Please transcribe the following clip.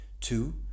Two